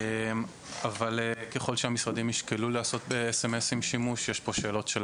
אבל ככל שהמשרדים ישקלו לעשות שימוש בהודעות SMS,